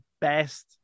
best